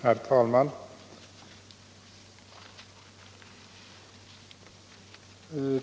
Herr talman!